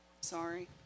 Sorry